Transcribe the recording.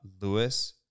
Lewis